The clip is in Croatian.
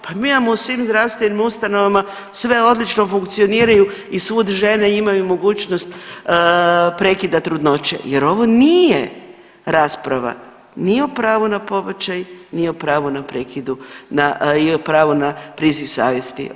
Pa imamo u svim zdravstvenim ustanovama, sve odlično funkcioniraju i svud žene imaju mogućnost prekida trudnoće jer ovo nije rasprava, ni o pravu na pobačaj ni o pravu na prekidu, i o pravu na priziv savjesti.